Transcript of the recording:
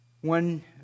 One